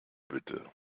bitte